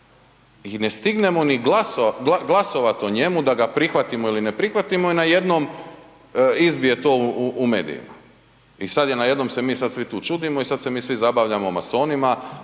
i ne stignemo ni glasovati o njemu da ga prihvatimo ili ne prihvatimo, i najednom izbije to u medije. I sad je najednom se mi sad svi tu čudimo i sad se mi svi zabavljamo masonima